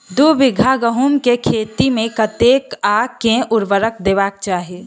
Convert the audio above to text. दु बीघा गहूम केँ खेत मे कतेक आ केँ उर्वरक देबाक चाहि?